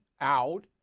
out